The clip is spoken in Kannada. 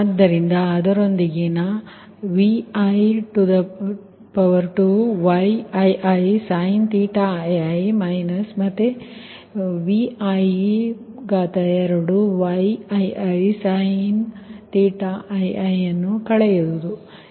ಆದ್ದರಿಂದ ಅದರೊಂದಿಗೆ ಏನು ಮಾಡಬಹುದು ಎಂದರೆ |Vi|2 |Yii| ii ಮೈನಸ್ ಮತ್ತೆ |Vi|2 |Yii| ii ಅನ್ನು ಕಳೆಯಿರಿ